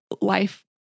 life